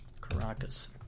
Caracas